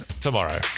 tomorrow